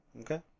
Okay